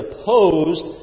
opposed